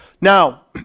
Now